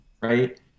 right